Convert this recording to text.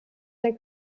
der